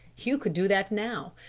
you could do that now.